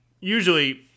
usually